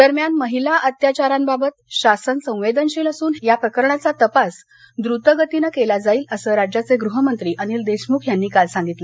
दरम्यान महिला अत्याचारांबाबत शासन संवेदनशील असून हे प्रकरणाचा तपास द्रतगतीनं केला जाईल असं राज्याचे गृहमंत्री अनिल देशमुख यांनी काल सांगितलं